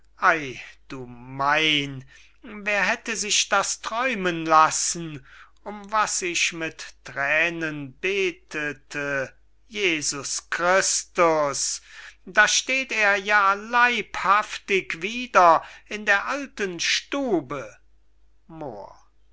du mein wer hätte sich das träumen lassen um was ich mit thränen betete jesus christus da steht er ja leibhaftig wieder in der alten stube moor